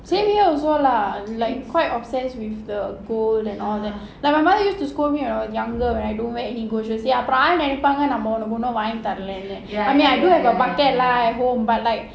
same here also lah like quite obsessed with the gold and all that like my mother used to scold me when I was younger when I don't wear any gold she will say அப்புறம் நினைப்பாங்க எதுமே வாங்கி தரலனு:appuram ninaipaanga edhumae vaangi tharalaanu I mean I do have a basket lah at home but like